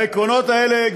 העקרונות האלה,